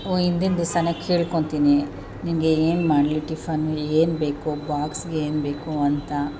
ಹಿಂದಿನ ದಿವ್ಸವೇ ಕೇಳ್ಕೊತೀನಿ ನಿನಗೆ ಏನು ಮಾಡಲಿ ಟಿಫನ್ ಏನು ಬೇಕು ಬಾಕ್ಸಿಗೇನು ಬೇಕು ಅಂತ